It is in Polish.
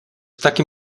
takim